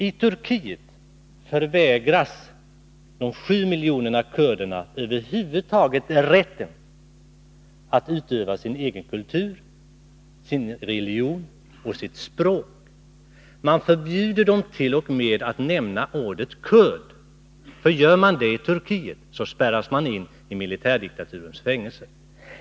I Turkiet förvägras de 7 miljoner kurderna över huvud taget rätten att utöva sin egen kultur, sin egen religion och sitt eget språk. Man förbjuder demt.o.m. att nämna ordet ”kurd” — den som gör det i Turkiet spärras in i något av militärdiktaturens fängelser.